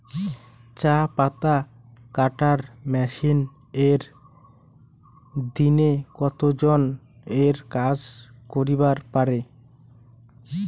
চা পাতা কাটার মেশিন এক দিনে কতজন এর কাজ করিবার পারে?